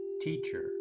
Teacher